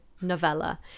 Novella